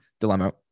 Dilemma